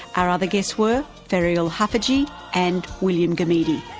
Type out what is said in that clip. our other guests were ferial haffajee and william gumede.